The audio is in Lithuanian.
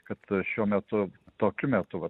kad šiuo metu tokiu metu vat